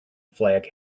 flag